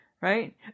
Right